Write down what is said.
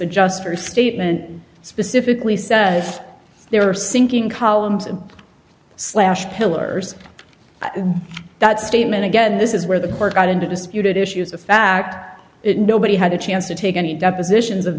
adjuster statement specifically says they are sinking columns and slash pillars that statement again this is where the gore got into disputed issues the fact that nobody had a chance to take any depositions of